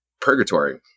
purgatory